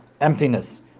emptiness